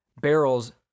barrels